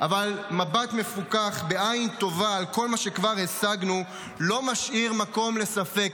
אבל מבט מפוכח בעין טובה על כל מה שכבר השגנו לא משאיר מקום לספק,